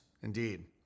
Indeed